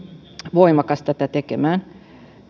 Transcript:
voimakas tätä tekemään